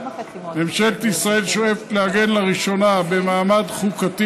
ממשלת ישראל שואפת לעגן לראשונה במעמד חוקתי